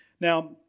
Now